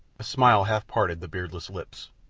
a smile half parted the beardless lips.